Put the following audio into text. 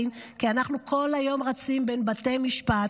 כי אנחנו כל היום רצים בין בתי משפט,